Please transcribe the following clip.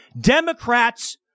Democrats